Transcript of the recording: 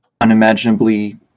unimaginably